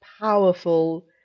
powerful